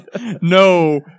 No